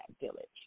village